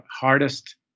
hardest